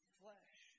flesh